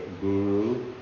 guru